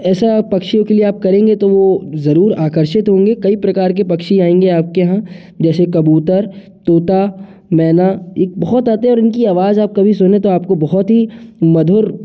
ऐसा पक्षियों के लिए आप करेंगे तो वो ज़रूर आकर्षित होंगे कई प्रकार के पक्षी आएँगे आपके यहाँ जैसे कबूतर तोता मैना ये बहुत आते हैं और इनकी आवाज़ आप कभी सुनो तो आपको बहुत ही मधुर